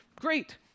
great